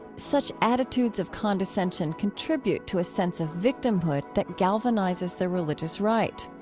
such attitudes of condescension contribute to a sense of victimhood that galvanizes the religious right.